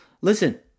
Listen